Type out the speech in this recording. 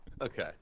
Okay